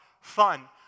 fun